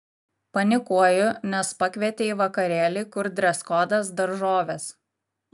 panikuoju nes pakvietė į vakarėlį kur dreskodas daržovės